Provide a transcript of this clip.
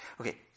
Okay